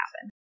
happen